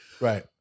Right